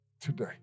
today